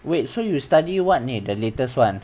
wait so you study what leh the latest one